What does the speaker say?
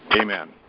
Amen